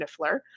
Niffler